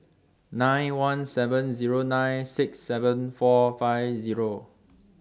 nine one seven Zero nine six seven four five Zero